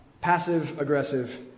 passive-aggressive